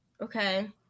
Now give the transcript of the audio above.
Okay